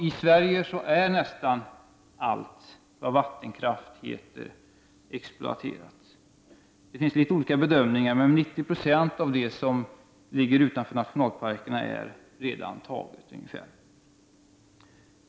I Sverige är nästan allt vad vattenkraft heter exploaterat. Det finns litet olika bedömningar, men ungefär 90 96 av det som ligger utanför nationalparkerna är redan taget.